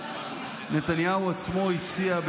נתניהו עצמו הציע,